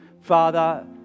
Father